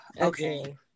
Okay